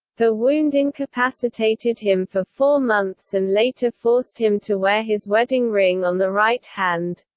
the wound incapacitated him for four months and later forced him to wear his wedding ring on the right hand.